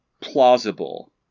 plausible